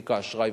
מתיק האשראי.